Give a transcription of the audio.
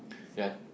yeah